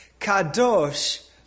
Kadosh